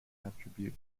attribute